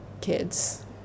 kids